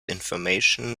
information